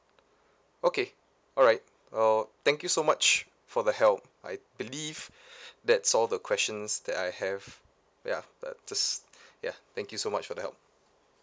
okay alright well thank you so much for the help I believe that's all the questions that I have yeah that just yeah thank you so much for the help